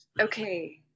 Okay